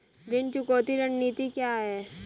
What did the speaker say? ऋण चुकौती रणनीति क्या है?